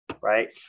right